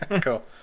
Cool